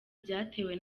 byatewe